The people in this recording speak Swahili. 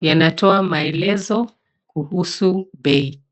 yanatoa maelezo kuhusu bei.